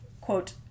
quote